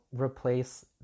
replace